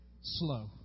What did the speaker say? slow